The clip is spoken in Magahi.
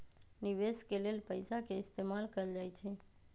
निवेश के लेल पैसा के इस्तमाल कएल जाई छई